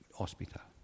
hospital